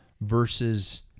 versus